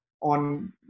on